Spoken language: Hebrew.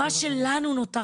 מה שלנו נותר,